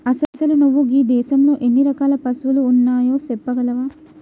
అసలు నువు గీ దేసంలో ఎన్ని రకాల పసువులు ఉన్నాయో సెప్పగలవా